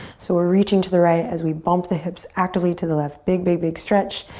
so we're reaching to the right as we bump the hips actively to the left. big, big, big stretch.